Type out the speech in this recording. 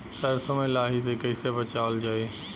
सरसो में लाही से कईसे बचावल जाई?